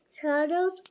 Turtles